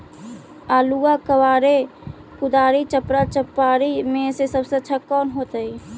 आलुआ कबारेला कुदारी, चपरा, चपारी में से सबसे अच्छा कौन होतई?